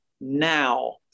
now